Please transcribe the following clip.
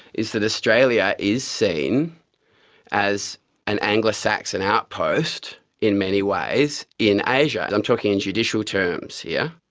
is that australia is seen as an anglo-saxon outpost in many ways in asia, and i'm talking in judicial terms yeah